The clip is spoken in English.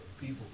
people